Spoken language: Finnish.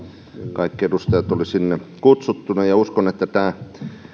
kaikki edustajat olivat sinne kutsuttuina ja ja uskon että tämän